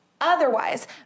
otherwise